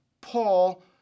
Paul